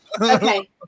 Okay